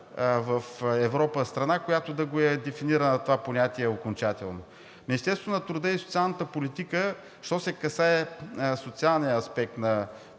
в Европа няма страна, която да е дефинирала това понятие окончателно. В Министерството на труда и социалната политика – що се касае до социалния аспект на